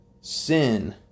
sin